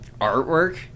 artwork